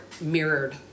mirrored